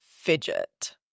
fidget